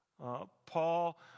Paul